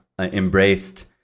embraced